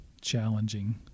challenging